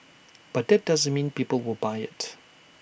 but that doesn't mean people will buy IT